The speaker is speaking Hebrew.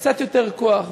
קצת יותר כוח,